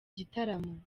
gitaramo